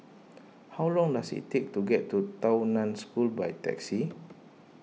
how long does it take to get to Tao Nan School by taxi